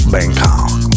Bangkok